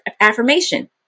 affirmation